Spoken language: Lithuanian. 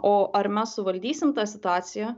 o ar mes suvaldysim tą situaciją